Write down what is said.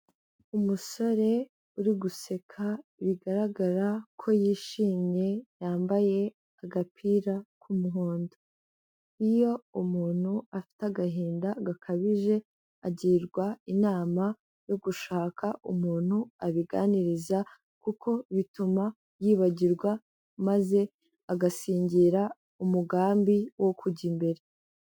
Umusore uri guseka bigaragara ko yishimye yambaye agapira k'umuhondo, iyo umuntu afite agahinda gakabije agirwa inama yo gushaka umuntu abiganiriza kuko bituma yibagirwa maze agasingira umugambi wo kujya imbere.